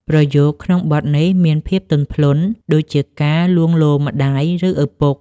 ប្រយោគក្នុងបទនេះមានភាពទន់ភ្លន់ ដូចជាការលួងលោមម្ដាយ ឬឪពុក។